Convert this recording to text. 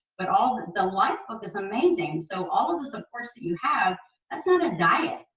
but all the lifebook is amazing. so all of supports that you have that's not a diet.